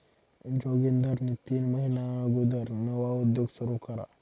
जोगिंदरनी तीन महिना अगुदर नवा उद्योग सुरू करा